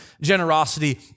generosity